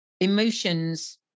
emotions